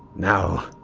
now.